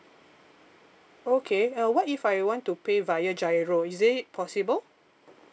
okay uh what if I want to pay via giro is it possible